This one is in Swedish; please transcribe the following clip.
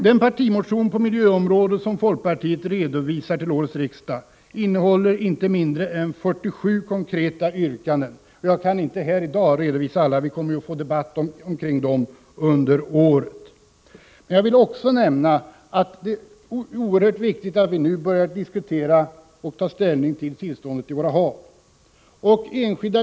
Den partimotion på miljöområdet som folkpartiet redovisar till årets riksdag innehåller inte mindre än 47 konkreta yrkanden. Jag kan inte redovisa alla här i dag. Vi kommer att få debatt om dem under året. Jag vill dock nämna att det är oerhört viktigt att vi nu börjar diskutera och ta ställning till tillståndet i våra hav.